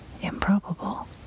improbable